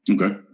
Okay